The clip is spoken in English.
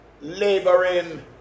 laboring